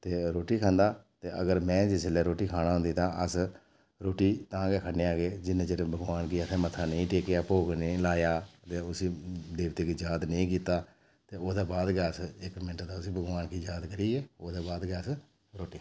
ते रुट्टी खंदा ते अगर में जिसलै रुट्टी खाना होंदी तां अस रुट्टी तां गै खन्नें आं कि जिन्ने चिर भगोआन गी असें मत्था नेईं टेकेआ भोग नेईं लाया ते उस देवते गी याद नेईं कीता ते ओह्दे बाद गै अस इक मिंट दा उसी भगोआन गी याद करियै ओह्दे बाद गै अस